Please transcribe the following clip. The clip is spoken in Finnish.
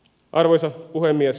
arvoisa puhemies